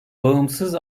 bağımsız